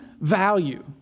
value